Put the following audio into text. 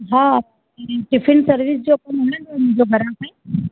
हा tiffin service जो कमु हुननि जो आहे